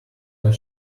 are